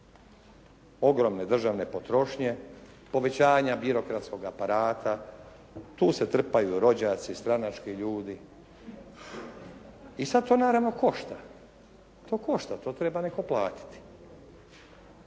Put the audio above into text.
ogromne državne potrošnje, povećanja birokratskog aparata, tu se trpaju rođaci, stranački ljudi. I sad to naravno košta. To košta, to treba netko platiti.